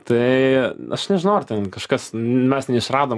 tai aš nežinau ar ten kažkas mes neišradom